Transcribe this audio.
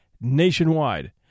nationwide